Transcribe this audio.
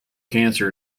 cancer